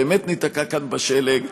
באמת ניתקע כאן בשלג.